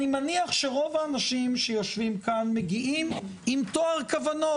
אני מניח שרוב האנשים שיושבים כאן מגיעים עם טוהר כוונות.